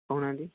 କହୁନାହାନ୍ତି